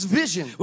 vision